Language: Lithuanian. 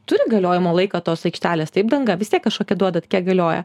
turi galiojimo laiką tos aikštelės taip danga vis tiek kažkokią duodat kiek galioja